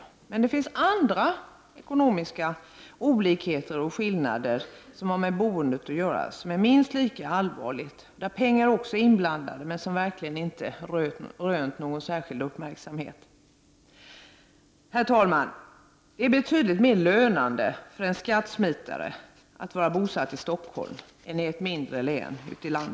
Det finns emellertid även andra ekonomiska olikheter och skillnader som har med boendet att göra och som är minst lika allvarliga. Också när det gäller dessa skillnader är pengar inblandade, men de har trots detta verkligen inte rönt någon särskild uppmärksamhet. Herr talman! Det är betydligt mer lönande för en skattesmitare att vara bosatt i Stockholm än i ett mindre län ute i landet.